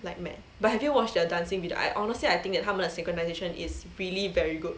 like mad but have you watched their dancing video I honestly I think that 他们的 synchronisation is really very good